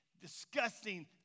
disgusting